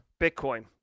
Bitcoin